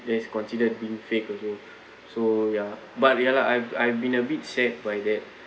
that is considered being fake again so ya but ya lah I've I've been a bit sad by that